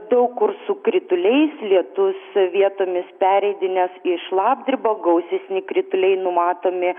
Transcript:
daug kur su krituliais lietus vietomis pereidinės į šlapdribą gausesni krituliai numatomi